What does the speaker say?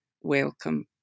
welcome